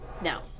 Now